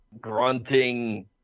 grunting